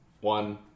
One